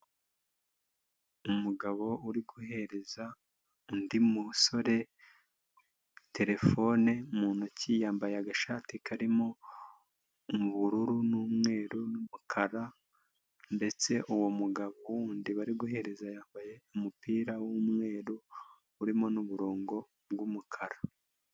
Umugabo uri guhereza undi musore terefone mu ntoki yambaye agashati karimo mu bururu n'umweru n'umukara ndetse uwo mugabo wundi bari guhereza yambaye umupira w'umweru urimo n'uburongo bw'umukara.